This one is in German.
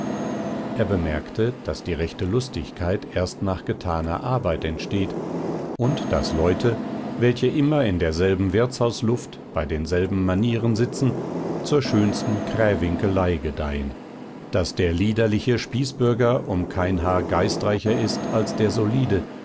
er bemerkte daß die rechte lustigkeit erst nach getaner arbeit entsteht und daß leute welche immer in derselben wirtshausluft bei denselben manieren sitzen zur schönsten krähwinkelei gedeihen daß der liederliche spießbürger um kein haar geistreicher ist als der solide